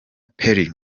perry